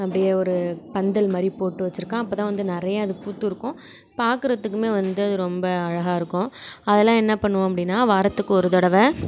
அப்படியே ஒரு பந்தல் மாதிரி போட்டு வச்சிருக்கேன் அப்போ தான் வந்து நிறைய அது பூத்திருக்கும் பார்க்கறதுக்குமே வந்து அது ரொம்ப அழகாக இருக்கும் அதெல்லாம் என்ன பண்ணுவோம் அப்படின்னா வாரத்துக்கு ஒரு தடவை